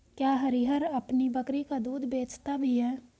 क्या हरिहर अपनी बकरी का दूध बेचता भी है?